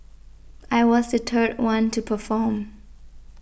I was the third one to perform